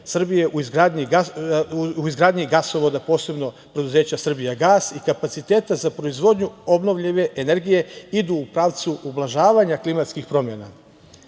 u izgradnji gasovoda, posebno preduzeća „Srbijagas“, i kapaciteta za proizvodnju obnovljive energije idu u pravcu ublažavanja klimatskih promena. Naime,